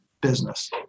business